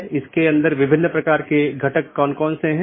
बस एक स्लाइड में ऑटॉनमस सिस्टम को देख लेते हैं